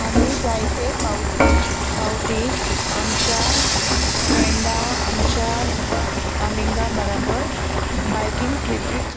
आमी जायते पावट पावटी आमच्या फ्रेंडा आमच्या आमिंगा बाराबोर बायकींग ट्रिपीक